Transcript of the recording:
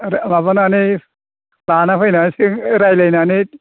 बे माबानानै लाना फैनानै सों रायज्लायनानै